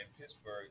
Pittsburgh